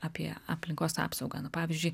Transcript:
apie aplinkos apsaugą nu pavyzdžiui